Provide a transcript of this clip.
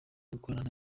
gukorana